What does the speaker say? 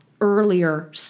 earlier